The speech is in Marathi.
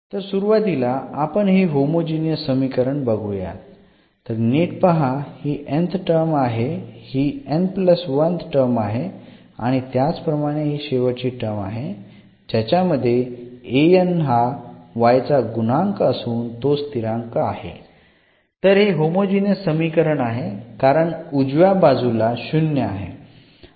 तर सुरुवातीला आपण हे होमोजिनियस समीकरण बघुयात तर नीट पहा हि n th टर्म आहे हि n 1 th टर्म आहे आणि त्याचप्रमाणे हि शेवटची टर्म आहे ज्यामध्ये हा y चा गुणांक असून तो स्थिरांक आहे तर हे होमोजिनियस समीकरण आहे कारण उजव्या बाजूला शून्य आहे